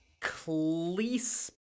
Cleese